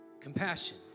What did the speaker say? Compassion